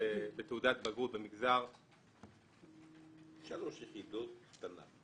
בתעודת בגרות במגזר --- שלוש יחידות תנ"ך.